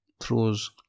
throws